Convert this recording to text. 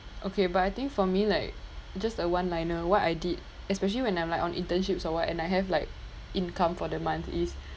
okay but I think for me like just a one liner what I did especially when I'm like on internships or what and I have like income for the month is